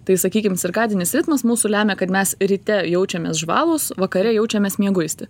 tai sakykim cirkadinis ritmas mūsų lemia kad mes ryte jaučiamės žvalūs vakare jaučiamės mieguisti